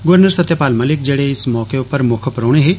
governor Satyapal Malik जेह्ड़े इस मौके उप्पर मुक्ख परौह्ने हे